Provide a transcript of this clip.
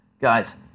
Guys